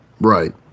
right